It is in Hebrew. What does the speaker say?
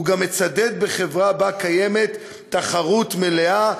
הוא גם מצדד בחברה שבה קיימת תחרות מלאה,